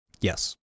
Yes